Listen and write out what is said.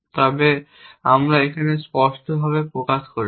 তবে আমরা এখানে স্পষ্টভাবে প্রকাশ করেছি